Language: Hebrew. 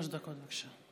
בבקשה.